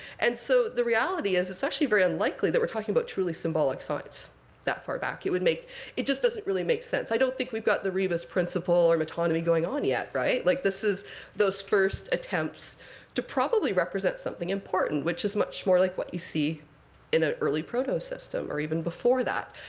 and so the reality is it's actually very unlikely that we're talking about truly symbolic signs that far back. it would make it just doesn't really make sense. i don't think we've got the rebus principle or metonymy going on yet, right? like this is those first attempts to probably represent something important, which is much more like what you see in an early prot-system, or even before that.